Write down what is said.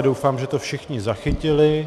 Doufám, že to všichni zachytili.